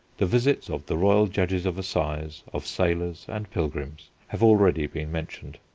the visits of the royal judges of assize, of sailors and pilgrims, have already been mentioned.